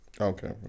okay